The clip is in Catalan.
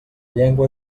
llengua